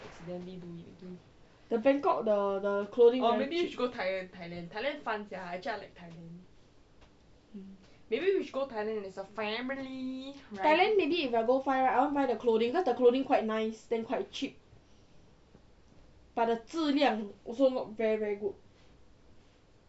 the bangkok the clothing very cheap thailand maybe if I go find right I want to go find the clothing cause the clothing quite nice then quite cheap but the 质量 also not very very good